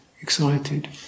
excited